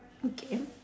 okay